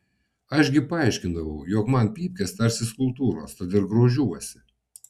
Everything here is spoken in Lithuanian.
aš gi paaiškindavau jog man pypkės tarsi skulptūros tad ir grožiuosi